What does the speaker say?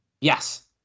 Yes